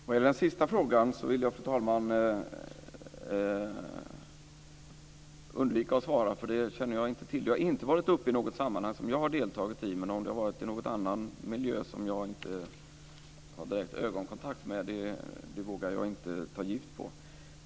Fru talman! Den sista frågan vill jag undvika att svara på. Det känner jag inte till. Det har inte varit uppe i något sammanhang som jag har deltagit i. Men om det förekommit i någon annan miljö, som jag inte har direkt ögonkontakt med, vågar jag inte ta gift på.